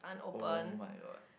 oh my god